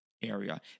area